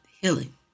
healing